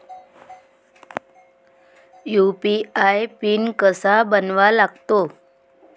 UPI PIN कसा बनवा लागते?